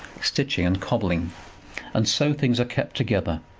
stitching and cobbling and so things are kept together.